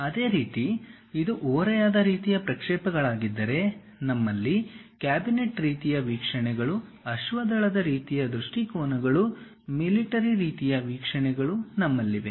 ಅದೇ ರೀತಿ ಇದು ಓರೆಯಾದ ರೀತಿಯ ಪ್ರಕ್ಷೇಪಗಳಾಗಿದ್ದರೆ ನಮ್ಮಲ್ಲಿ ಕ್ಯಾಬಿನೆಟ್ ರೀತಿಯ ವೀಕ್ಷಣೆಗಳು ಅಶ್ವದಳದ ರೀತಿಯ ದೃಷ್ಟಿಕೋನಗಳು ಮಿಲಿಟರಿ ರೀತಿಯ ವೀಕ್ಷಣೆಗಳು ನಮ್ಮಲ್ಲಿವೆ